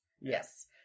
Yes